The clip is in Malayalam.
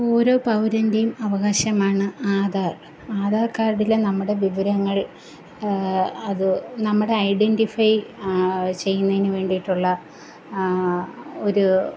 ഓരോ പൗരൻ്റെയും അവകാശമാണ് ആധാർ ആധാർ കാർഡിലെ നമ്മുടെ വിവരങ്ങൾ അത് നമ്മുടെ ഐഡന്റിഫൈ ചെയ്യുന്നതിനു വേണ്ടിയിട്ടുള്ള ഒരു